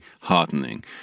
heartening